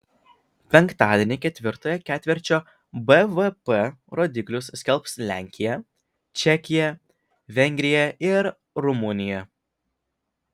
penktadienį ketvirtojo ketvirčio bvp rodiklius skelbs lenkija čekija vengrija ir rumunija